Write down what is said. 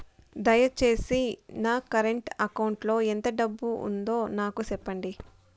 దయచేసి నా current account లో ఎంత డబ్బు ఉందో నాకు సెప్పండి